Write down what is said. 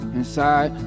inside